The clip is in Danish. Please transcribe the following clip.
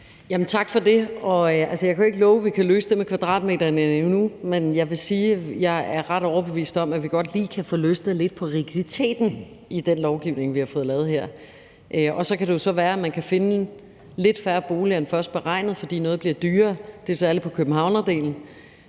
Tak for det. Jeg kan jo ikke love, at vi kan løse det med kvadratmeterne endnu. Men jeg vil sige, at jeg er ret overbevist om, at vi godt lige kan få løsnet lidt på rigiditeten i den lovgivning, vi har fået lavet her. Så kan det jo være, at man kan finde lidt færre boliger end først beregnet, fordi noget bliver dyrere, og det er særlig på Københavnerdelen.